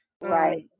Right